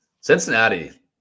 Cincinnati